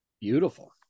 Beautiful